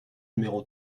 numéro